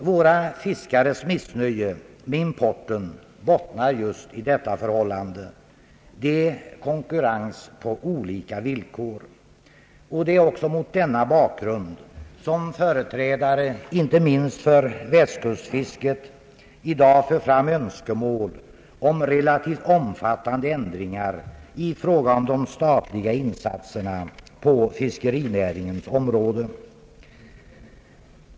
Våra fiskares missnöje med importen bottnar just i dessa förhållanden. Det är konkurrens på olika villkor. Det är också mot denna bakgrund som företrädare inte minst för västkustfisket i dag för fram önskemål om relativt omfattande ändringar beträffande de statliga insatserna på fiskerinäringens område.